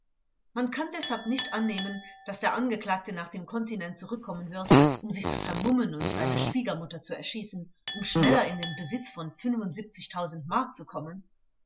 man kann deshalb nicht annehmen daß der angeklagte nach dem kontinent zurückkommen wird um sich zu vermummen und seine schwiegermutter zu erschießen um schneller in den besitz von mark zu kommen